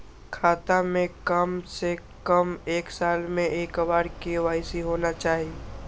खाता में काम से कम एक साल में एक बार के.वाई.सी होना चाहि?